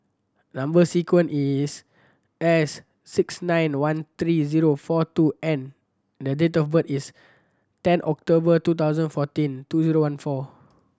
number sequence is S six nine one three zero four two N and date of birth is ten October two thousand fourteen two zero one four